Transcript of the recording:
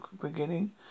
beginning